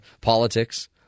politics